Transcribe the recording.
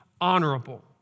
honorable